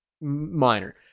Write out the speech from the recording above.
minor